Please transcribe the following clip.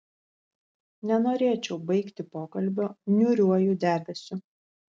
nenorėčiau baigti pokalbio niūriuoju debesiu